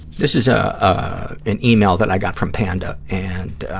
this is ah ah an yeah e-mail that i got from panda, and